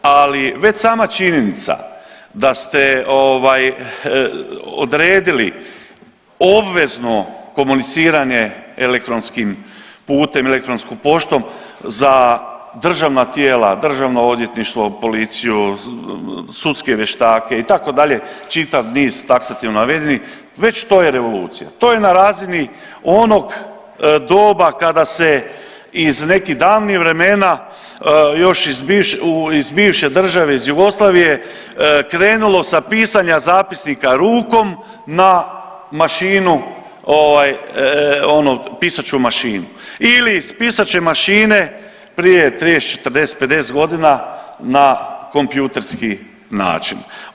Ali već sama činjenica da ste odredili obvezno komuniciranje elektronskim putem, elektronskom poštom za državna tijela, državno odvjetništvo, policiju, sudske vještake itd. čitav niz taksativno navedeni već to je revolucija, to je na razini onog doba kada se iz nekih davnih vremena još iz bivše države iz Jugoslavije krenulo sa pisanja zapisnika rukom na mašinu, pisaću mašinu ili s pisaće mašine prije 30, 40, 50 godina na kompjuterski način.